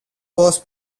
was